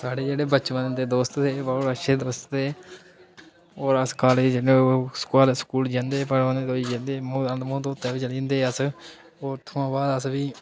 साढ़े जेह्ड़े बचपन दे दोस्त हे निं बहुत अच्छे दोस्त हे होर अस कालेज जन्ने ओह् काल स्कूल जंदे हे पर जदूं जंदे हे अनमूंह् धोते बी चली जंदे हे अस उत्थुआं बाद अस भी